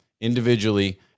individually